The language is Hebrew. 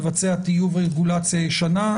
לבצע רגולציה ישנה.